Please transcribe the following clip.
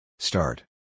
Start